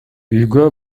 үйгө